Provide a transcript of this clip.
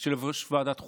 של יושב-ראש ועדת חוקה.